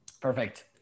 perfect